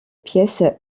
pièce